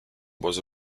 was